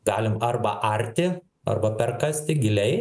galim arba arti arba perkasti giliai